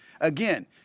Again